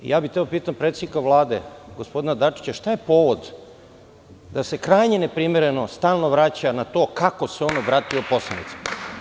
Hteo bih da pitam predsednika Vlade, gospodina Dačića, šta je povod da se krajnje neprimereno stalno vraća na to kako se on obratio poslanicima?